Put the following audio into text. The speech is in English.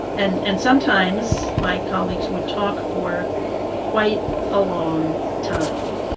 and and sometimes my colleagues would talk for quite a long time.